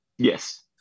Yes